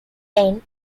end